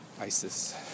ISIS